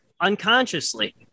unconsciously